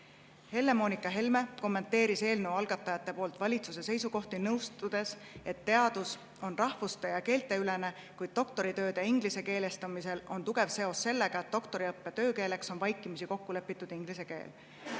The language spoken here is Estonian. toetada. Helle-Moonika Helme kommenteeris eelnõu algatajate poolt valitsuse seisukohti, nõustudes, et teadus on rahvuste‑ ja keelteülene, kuid doktoritööde ingliskeelestumisel on tugev seos sellega, et doktoriõppe töökeeleks on vaikimisi kokku lepitud inglise keel.